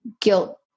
guilt